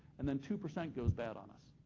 and then two percent goes bad on us.